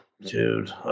dude